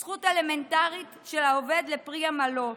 זכות אלמנטרית של העובד לפרי עמלו,